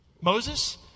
Moses